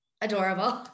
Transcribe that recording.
adorable